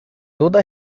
toda